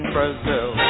Brazil